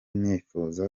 ndifuza